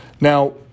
Now